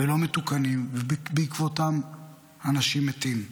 ולא מתוקנים, ובעקבותיהם אנשים מתים.